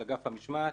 אל אגף המשמעת,